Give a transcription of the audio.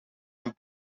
aan